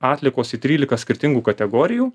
atliekos į trylika skirtingų kategorijų